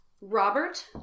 Robert